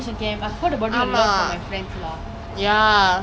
same but then again I was the one who didn't put in the effort [what]